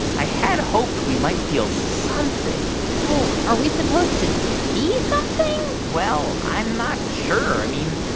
i had hoped we might feel something so are we supposed to see something? well i'm not sure. i mean,